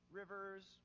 rivers